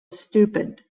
stupid